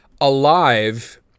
alive